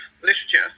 literature